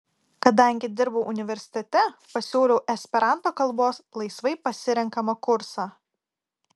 kadangi dirbau universitete pasiūliau esperanto kalbos laisvai pasirenkamą kursą